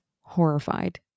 horrified